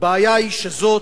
הבעיה היא שזאת